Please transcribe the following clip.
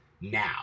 now